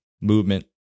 movement